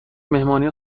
مهمانی